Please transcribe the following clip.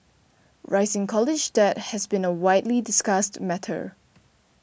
rising college debt has been a widely discussed matter